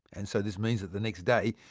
and so this means that the next day,